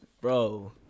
bro